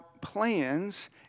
plans